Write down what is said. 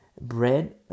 Bread